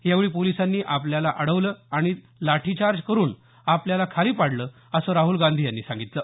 यावेळी पोलिसांनी आपल्याला अडवलं आणि लाठीचार्ज करुन आपल्याला खाली पाडलं असं राहल गांधी यांनी सांगितलं